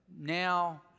Now